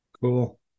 Cool